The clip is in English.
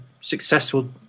successful